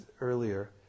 earlier